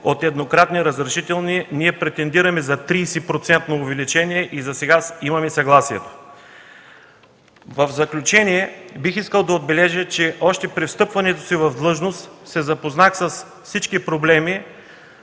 от еднократни разрешителни. Ние претендираме за 30-процентно увеличение и засега имаме съгласие. В заключение бих искал да отбележа, че още при встъпването си в длъжност се запознах с всички проблеми,